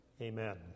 Amen